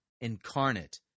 incarnate